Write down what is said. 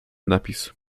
napis